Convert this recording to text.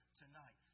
tonight